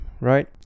Right